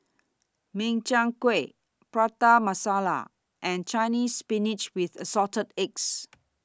Min Chiang Kueh Prata Masala and Chinese Spinach with Assorted Eggs